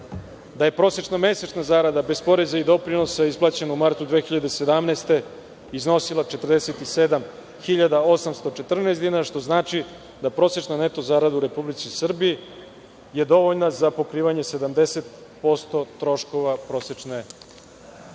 da je prosečno mesečna zarada, bez poreza i doprinosa, isplaćena u martu 2017. godine iznosila 47.814,00 dinara, što znači da prosečna neto zarada u Republici Srbiji je dovoljna za pokrivanje 70% troškova prosečne korpe.